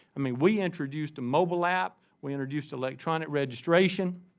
i mean, we introduced a mobile app. we introduced electronic registration.